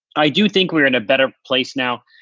i do think we're in a better place now,